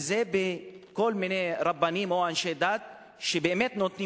וזה בכל מיני רבנים או אנשי דת שבאמת נותנים